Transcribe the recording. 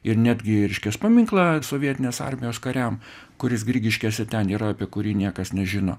ir netgi reiškias paminklą sovietinės armijos kariam kuris grigiškėse ten yra apie kurį niekas nežino